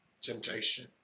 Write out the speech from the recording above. temptation